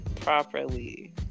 properly